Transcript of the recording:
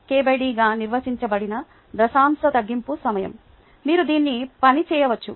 303 kd గా నిర్వచించబడిన దశాంశ తగ్గింపు సమయం మీరు దీన్ని పని చేయవచ్చు